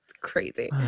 crazy